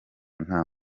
nta